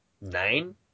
nine